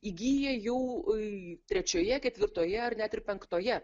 įgyja jau trečioje ketvirtoje ar net ir penktoje